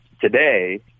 today